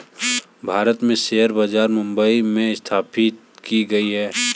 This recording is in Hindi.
भारत में शेयर बाजार मुम्बई में स्थापित की गयी है